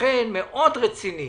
בוחן מאוד רציני